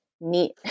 neat